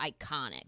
iconic